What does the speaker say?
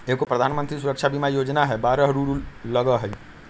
एगो प्रधानमंत्री सुरक्षा बीमा योजना है बारह रु लगहई?